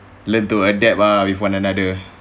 learn to adapt ah with one another